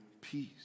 peace